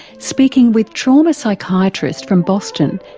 speaking with trauma psychiatrist from boston,